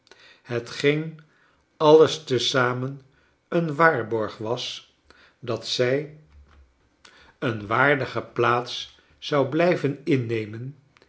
hetgeen alles te zamen een waarborg was dat zij een waardige plaats zou blijven innemen